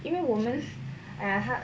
因为我们 !aiya! 他